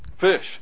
fish